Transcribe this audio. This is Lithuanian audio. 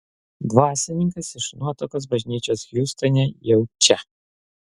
dvasininkas iš nuotakos bažnyčios hjustone jau čia